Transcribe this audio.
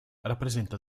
rappresenta